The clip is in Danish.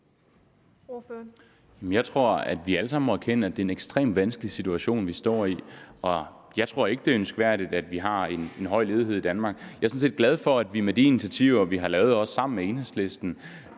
Jeg tror, at vi alle sammen må erkende, at det er en ekstremt vanskelig situation, vi står i, og jeg tror ikke, det er ønskværdigt, at vi har en høj ledighed i Danmark. Jeg er sådan set glad for, at vi med de initiativer, vi har taget, også sammen med Enhedslisten,